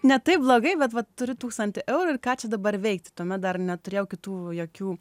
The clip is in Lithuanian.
ne taip blogai bet va turiu tūkstantį eurų ir ką čia dabar veikti tuomet dar neturėjau kitų jokių